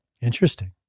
Interesting